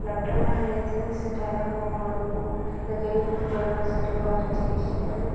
ଡାକ୍ଟରଖାନା ଯାଇଥିଲି ସେଠାରେ ମୋ ଗୋଡ଼କୁ ଦେଖାଇ ଗୋଡ଼ର ସଠିକ୍ ଭାବରେ ଚିକିତ୍ସା କଲି